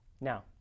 Now